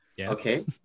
Okay